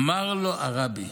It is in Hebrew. אמר לו הרבי: